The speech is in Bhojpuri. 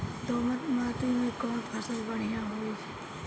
दोमट माटी में कौन फसल बढ़ीया होई?